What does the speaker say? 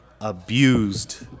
abused